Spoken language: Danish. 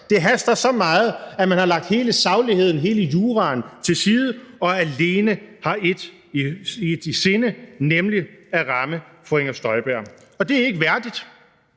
Det haster så meget, at man har lagt hele sagligheden og hele juraen til side og alene har ét i sinde, nemlig at ramme fru Inger Støjberg, og det er ikke værdigt.